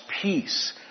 peace